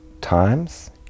times